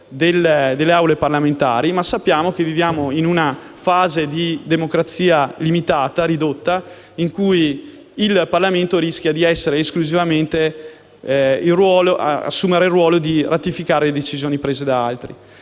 delle Aule parlamentari, ma sappiamo che viviamo in una fase di democrazia limitata, ridotta, in cui il Parlamento rischia di assumere esclusivamente il ruolo di ratificatore delle decisioni prese da altri.